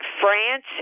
France